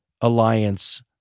alliance